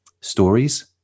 stories